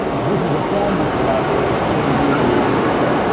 this is a formal collaboration between you and masterson.